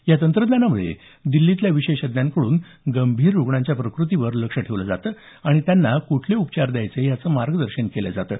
या तंत्रज्ञानामध्ये दिल्लीतल्या विशेषज्ञांकडून गंभीर रुग्णांच्या प्रकृतीवर लक्ष ठेवलं जातं आणि त्यांना कुठले उपचार द्यायचे याचे मार्गदर्शन केले जाते